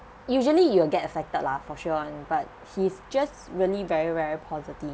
usually you will get affected lah for sure [one] but he's just really very very positive